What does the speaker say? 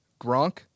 Gronk